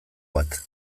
bat